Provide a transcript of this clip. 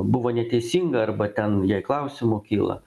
buvo neteisinga arba ten jei klausimų kyla